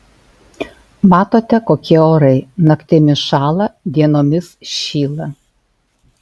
matote kokie orai naktimis šąla dienomis šyla